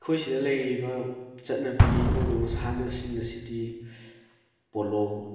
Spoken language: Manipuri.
ꯑꯩꯈꯣꯏ ꯁꯤꯗ ꯂꯩꯔꯤꯕ ꯆꯠꯅꯕꯤ ꯑꯣꯏꯕ ꯃꯁꯥꯟꯅꯁꯤꯡ ꯑꯁꯤꯗꯤ ꯄꯣꯂꯣ